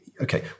okay